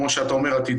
כפי שאתה אומר.